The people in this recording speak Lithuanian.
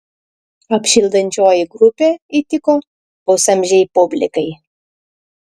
apšildančioji grupė įtiko pusamžei publikai